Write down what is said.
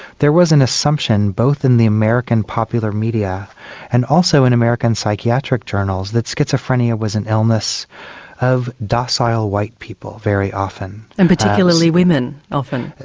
there was an assumption both in the american popular media and also in american psychiatric journals that schizophrenia was an illness of docile white people very often. and particularly women often?